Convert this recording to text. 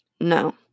No